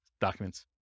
documents